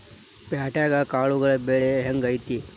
ಪ್ಯಾಟ್ಯಾಗ್ ಕಾಳುಗಳ ಬೆಲೆ ಹೆಂಗ್ ಐತಿ?